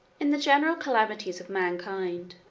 in the general calamities of mankind,